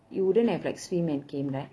you wouldn't have like swim and came right